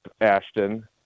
Ashton